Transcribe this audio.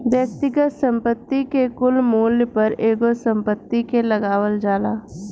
व्यक्तिगत संपत्ति के कुल मूल्य पर एगो संपत्ति के लगावल जाला